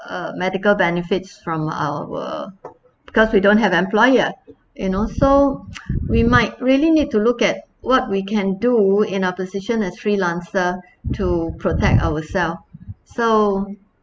uh medical benefits from our because we don't have employer you know so we might really need to look at what we can do in our position as freelancer to protect ourself so